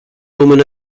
roman